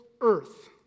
earth